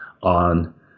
On